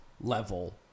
level